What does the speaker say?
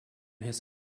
his